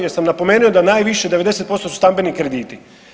Jer sam napomenuo da najviše, 90% su stambeni krediti.